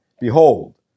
behold